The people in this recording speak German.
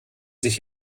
sich